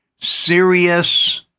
serious